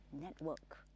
network